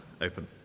open